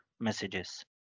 messages